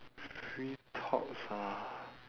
free talks ah